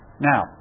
Now